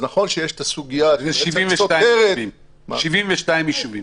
72 ישובים.